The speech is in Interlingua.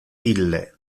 ille